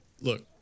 Look